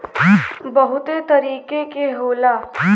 बहुते तरीके के होला